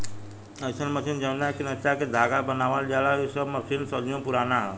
अईसन मशीन जवना के नचा के धागा बनावल जाला इ सब मशीन सदियों पुराना ह